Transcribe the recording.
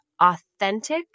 authentic